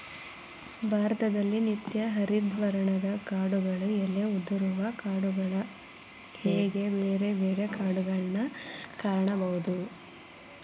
ಭಾರತದಲ್ಲಿ ನಿತ್ಯ ಹರಿದ್ವರ್ಣದ ಕಾಡುಗಳು ಎಲೆ ಉದುರುವ ಕಾಡುಗಳು ಹೇಗೆ ಬೇರೆ ಬೇರೆ ಕಾಡುಗಳನ್ನಾ ಕಾಣಬಹುದು